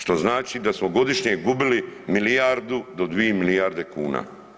Što znači da smo godišnje gubili milijardu do 2 milijarde kuna.